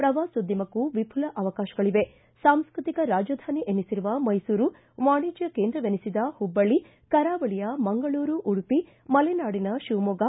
ಪ್ರವಾಸೋದ್ಯಮಕ್ಕೂ ವಿಪುಲ ಅವಕಾಶಗಳವೆ ಸಾಂಸ್ವತಿಕ ರಾಜಧಾನಿ ಎನಿಸಿರುವ ಮೈಸೂರು ವಾಣಿಜ್ಯ ಕೇಂದ್ರವೆನಿಸಿದ ಹುಬ್ಬಳ್ಳಿ ಕರಾವಳಿಯ ಮಂಗಳೂರು ಉಡುಪಿ ಮಲೆನಾಡಿನ ಶಿವಮೊಗ್ಗ